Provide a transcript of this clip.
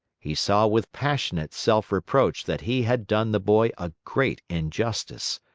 he saw with passionate self-reproach that he had done the boy a great injustice.